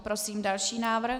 Prosím další návrh.